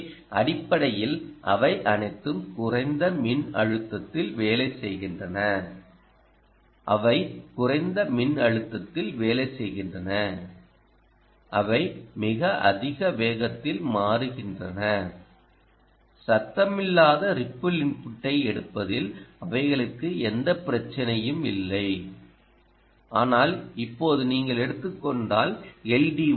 எனவே அடிப்படையில் அவை அனைத்தும் குறைந்த மின்னழுத்தத்தில் வேலை செய்கின்றன அவை குறைந்த மின்னழுத்தத்தில் வேலை செய்கின்றன அவை மிக அதிக வேகத்தில் மாறுகின்றன சத்தமில்லாத ரிப்பிள் இன்புட்டை எடுப்பதில் அவைகளுக்கு எந்தப் பிரச்சினையும் இல்லை ஆனால் இப்போது நீங்கள் எடுத்துக் கொண்டால் எல்